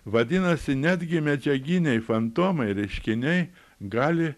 vadinasi netgi medžiaginiai fantomai reiškiniai gali